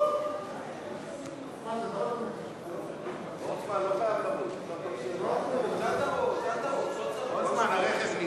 ורישום פעולות בחלקי רכב משומשים (מניעת גנבות)